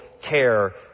care